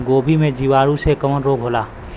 गोभी में जीवाणु से कवन रोग होला?